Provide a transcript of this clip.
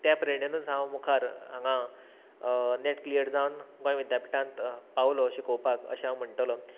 त्या प्रेरणेनूच हांव मुखार हांगा नेट क्लियर जावन गोंय विद्यापीठांत पावलो शिकोवपाक अशें हांव म्हणटलो